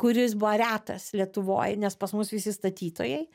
kuris buvo retas lietuvoj nes pas mus visi statytojai